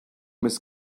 miss